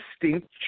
distinct